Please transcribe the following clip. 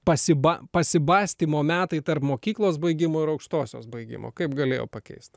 pasiba pasibastymo metai tarp mokyklos baigimo ir aukštosios baigimo kaip galėjo pakeist